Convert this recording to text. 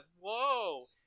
whoa